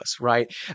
right